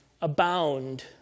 abound